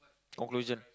conclusion